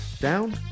Down